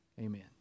Amen